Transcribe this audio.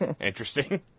Interesting